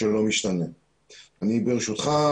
ברשותך,